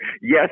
yes